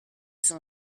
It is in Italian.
sono